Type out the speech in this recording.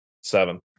Seven